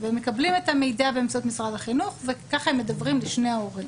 והם מקבלים את המידע באמצעות משרד החינוך וככה הם מדוורים לשני ההורים.